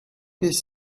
his